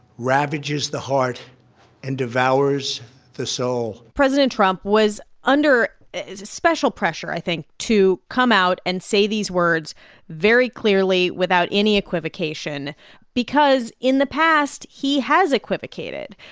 ravages the heart and devours the soul president trump was under special pressure, i think, to come out and say these words very clearly without any equivocation because in the past, he has equivocated.